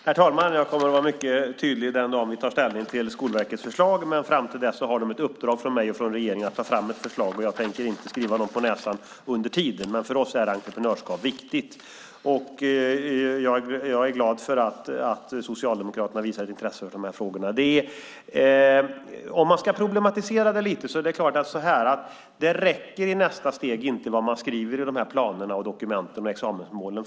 Herr talman! Jag kommer att vara mycket tydlig den dag vi tar ställning till Skolverkets förslag. Fram till dess har de ett uppdrag från mig och regeringen att ta fram ett förslag, och jag tänker inte skriva dem på näsan under tiden. För oss är entreprenörskap viktigt, och jag är glad för att Socialdemokraterna visar ett intresse för frågorna. Om man ska problematisera lite räcker det inte i nästa steg vad man skriver i planerna, dokumenten och examensmålen.